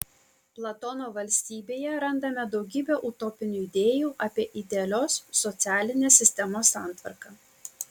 platono valstybėje randame daugybę utopinių idėjų apie idealios socialinės sistemos santvarką